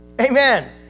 Amen